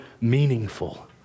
meaningful